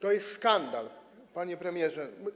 To jest skandal, panie premierze.